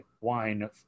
wine